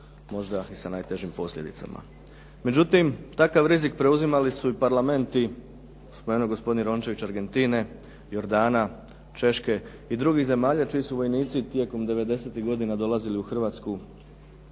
možda i sa najtežim posljedicama. Međutim, takav rizik preuzimali su i parlamenti spomenuo je gospodin Rončević Argentine, Jordana, Češke i drugih zemalja čiji su vojnici tijekom devedesetih godina dolazili u Hrvatsku